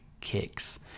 kicks